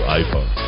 iPhone